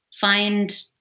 Find